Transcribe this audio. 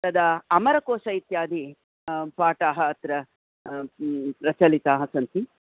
तदा अमरकोश इत्यादिपाठाः अत्र प्रचलिताः सन्ति